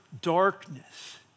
darkness